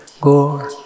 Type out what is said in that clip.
go